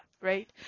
right